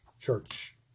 church